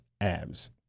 abs